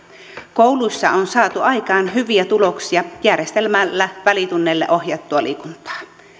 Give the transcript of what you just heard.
kouluissa on saatu aikaan hyviä tuloksia järjestämällä välitunneille ohjattua liikuntaa